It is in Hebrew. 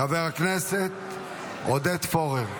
חבר הכנסת עודד פורר.